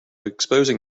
exposing